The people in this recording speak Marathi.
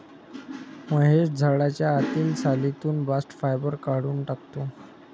महेश झाडाच्या आतील सालीतून बास्ट फायबर काढून टाकतो